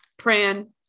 pran